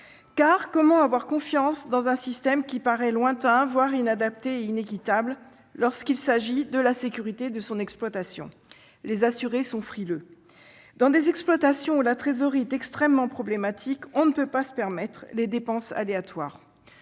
comment avoir confiance dans un système qui paraît lointain, voire inadapté et inéquitable, lorsqu'il s'agit de la sécurité de son exploitation ? Les assurés sont « frileux ». Dans des exploitations où la trésorerie est extrêmement problématique, on ne peut pas se permettre les dépenses aléatoires.